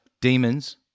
Demons